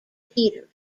peters